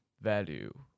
value